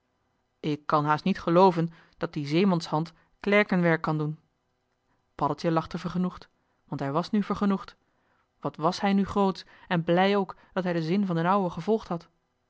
ik kan haast niet gelooven dat die zeemanshand klerkenwerk kan doen paddeltje lachte vergenoegd wat was hij nu vergenoegd wat was hij nu grootsch en blij ook dat hij den zin van d'n ouwe gevolgd had